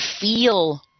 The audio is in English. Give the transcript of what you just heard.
feel